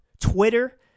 Twitter